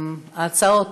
הצעות,